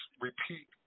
repeat